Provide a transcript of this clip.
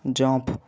jump